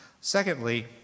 Secondly